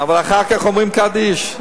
אבל אחר כך אומרים קדיש.